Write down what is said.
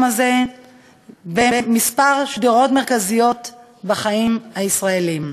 הזה בכמה שדרות מרכזיות בחיים הישראליים: